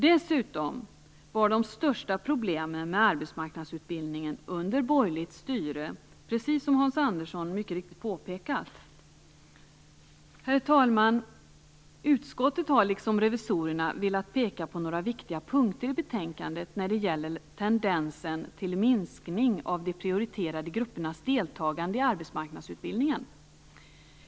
Dessutom var de största problemen med arbetsmarknadsutbildningen under borgerligt styre, precis som Hans Andersson mycket riktigt påpekar. Herr talman! Utskottet har liksom revisorerna velat peka på några viktiga punkter i betänkandet när det gäller tendensen till minskning av de prioriterade gruppernas deltagande i arbetsmarknadsutbildningen.